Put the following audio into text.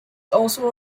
also